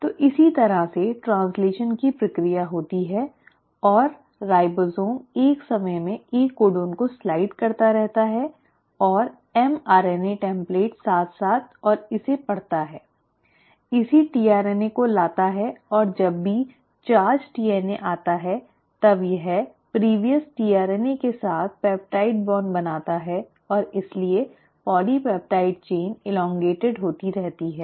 तो इसी तरह से ट्रैन्स्लैशन की प्रक्रिया होती है और राइबोसोम एक समय में एक कोडोन को स्लाइड करता रहता है और mRNA टेम्प्लेट साथ साथ और इसे पढ़ता है इसी tRNA को लाता है और जब भी चार्ज tRNA आता है तब यह पूर्व tRNA के साथ पेप्टाइड बॉन्ड बनाता है और इसलिए पॉलीपेप्टाइड श्रृंखला लम्बी होती रहती है